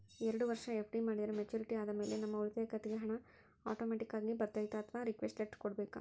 ಎರಡು ವರುಷ ಎಫ್.ಡಿ ಮಾಡಿದರೆ ಮೆಚ್ಯೂರಿಟಿ ಆದಮೇಲೆ ನಮ್ಮ ಉಳಿತಾಯ ಖಾತೆಗೆ ಹಣ ಆಟೋಮ್ಯಾಟಿಕ್ ಆಗಿ ಬರ್ತೈತಾ ಅಥವಾ ರಿಕ್ವೆಸ್ಟ್ ಲೆಟರ್ ಕೊಡಬೇಕಾ?